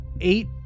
eight